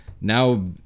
Now